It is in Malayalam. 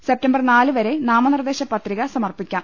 സെപ്റ്റംബർ നാല് വരെ നാമനിർദ്ദേശപത്രിക സമർപ്പിക്കാം